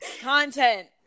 content